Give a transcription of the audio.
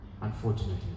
unfortunately